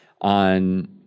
on